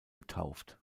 getauft